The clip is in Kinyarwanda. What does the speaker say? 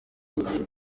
buzima